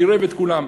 קירב את כולם.